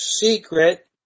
secret